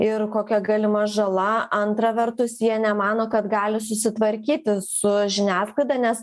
ir kokia galima žala antra vertus jie nemano kad gali susitvarkyti su žiniasklaida nes